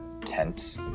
tent